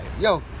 yo